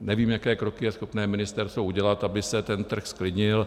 Nevím, jaké kroky je schopné ministerstvo udělat, aby se ten trh zklidnil.